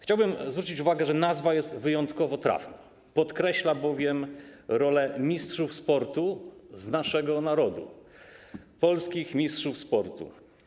Chciałbym zwrócić uwagę, że nazwa jest wyjątkowo trafna, podkreśla bowiem rolę mistrzów sportu naszego narodu, polskich mistrzów sportu.